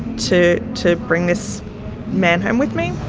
to to bring this man home with me.